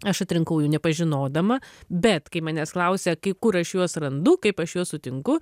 aš atrinkau jų nepažinodama bet kai manęs klausia kai kur aš juos randu kaip aš juos sutinku